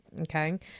Okay